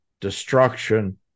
destruction